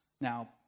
now